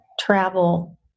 travel